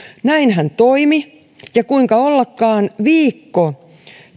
näin hän toimi ja kuinka ollakaan viikko